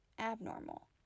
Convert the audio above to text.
abnormal